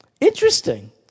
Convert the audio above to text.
Interesting